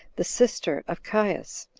the sister of caius,